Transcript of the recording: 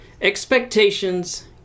Expectations